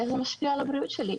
איך זה משפיע על הבריאות שלי?